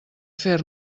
fer